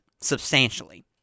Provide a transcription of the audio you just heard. substantially